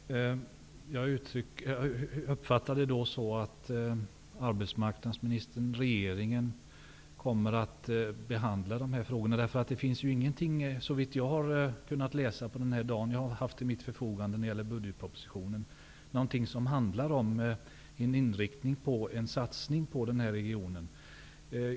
Fru talman! Jag uppfattade det så att arbetsmarknadsministern, regeringen, kommer att behandla dessa frågor. Såvitt jag har kunnat läsa på den här dagen som jag haft till mitt förfogande finns det ingenting i budgetpropositionen som tyder på en satsning på Uddevallaregionen.